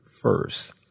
first